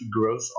growth